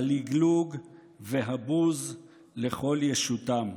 הלגלוג והבוז לכל ישותם,